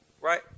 right